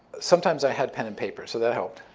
sometimes i had pen and paper. so that helped.